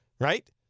right